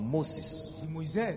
Moses